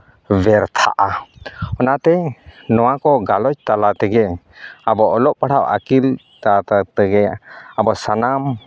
ᱵᱮᱨᱛᱷᱟᱜᱼᱟ ᱚᱱᱟᱛᱮ ᱱᱚᱣᱟ ᱠᱚ ᱜᱟᱞᱚᱪ ᱛᱟᱞᱟ ᱛᱮᱜᱮ ᱟᱵᱚ ᱚᱞᱚᱜ ᱯᱟᱲᱦᱟᱣ ᱟᱹᱠᱤᱞ ᱦᱟᱛᱟᱣ ᱦᱟᱛᱟᱣ ᱛᱮᱜᱮ ᱟᱵᱚᱣᱟᱜ ᱥᱟᱱᱟᱢ